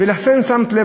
ולכן שמת לב,